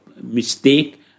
mistake